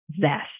zest